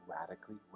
radically